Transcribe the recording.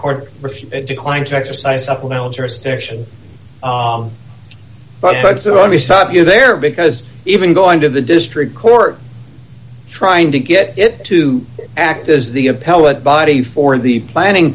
court declined to exercise supplemental jurisdiction but me stop you there because even going to the district court trying to get it to act as the appellate body for the planning